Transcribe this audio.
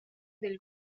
del